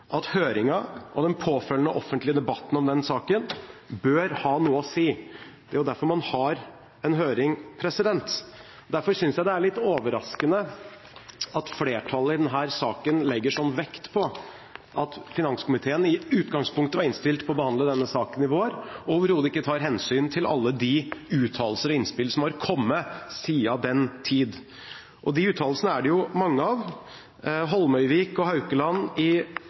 at høringen og den påfølgende offentlige debatten om saken bør ha noe å si. Det er jo derfor man har en høring. Derfor synes jeg det er litt overraskende at flertallet i denne saken legger sånn vekt på at finanskomiteen i utgangspunktet var innstilt på å behandle denne saken i vår, og overhodet ikke tar hensyn til alle de uttalelser og innspill som har kommet siden den tid. De uttalelsene er det mange av. Holmøyvik og Haukelands kronikk i